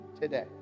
today